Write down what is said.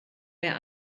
wer